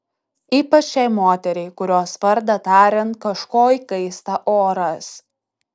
ypač šiai moteriai kurios vardą tariant kažko įkaista oras